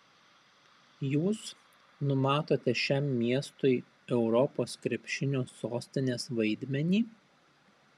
jūs numatote šiam miestui europos krepšinio sostinės vaidmenį